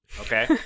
Okay